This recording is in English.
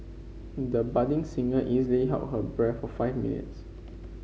the budding singer easily held her breath for five minutes